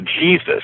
Jesus